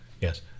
Yes